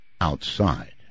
outside